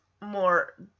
more